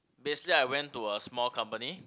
basically I went to a small company